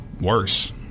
worse